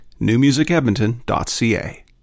newmusicedmonton.ca